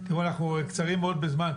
אנחנו קצרים מאוד בזמן,